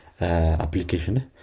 application